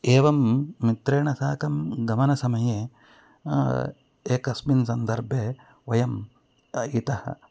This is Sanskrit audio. एवं मित्रेण साकं गमनसमये एकस्मिन् सन्दर्भे वयम् इतः